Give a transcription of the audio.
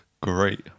great